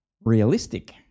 realistic